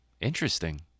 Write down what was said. Interesting